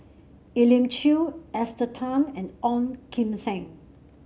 Elim Chew Esther Tan and Ong Kim Seng